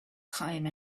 time